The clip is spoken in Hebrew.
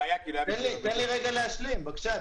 תן לי רגע להשלים, בבקשה.